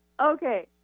okay